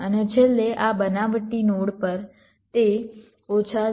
અને છેલ્લે આ બનાવટી નોડ પર તે ઓછા 0